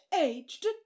aged